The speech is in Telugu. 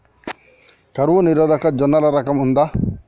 కరువు నిరోధక జొన్నల రకం ఉందా?